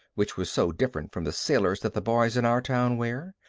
which was so different from the sailors that the boys in our town wear.